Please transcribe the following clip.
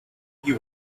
you